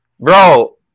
bro